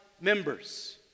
members